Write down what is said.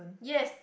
yes